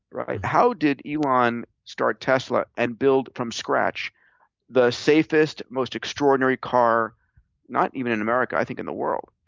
right? how did elon start tesla and build from scratch the safest, most extraordinary car not even in america, i think in the world?